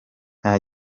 nta